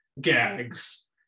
gags